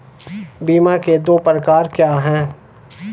बीमा के दो प्रकार क्या हैं?